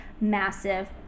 massive